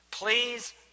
Please